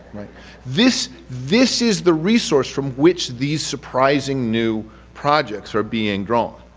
this this is the resource from which these surprising new projects are being drawn.